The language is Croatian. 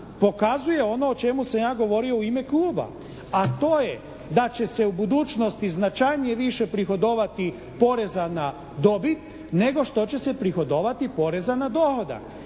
pokazuje ono o čemu sam ja govorio u ime kluba, a to je da će se u budućnosti značajnije više prihodovati poreza na dobit nego što će se prihodovati poreza na dohodak